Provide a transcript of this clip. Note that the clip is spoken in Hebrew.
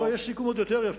לא, יש סיכום עוד יותר יפה.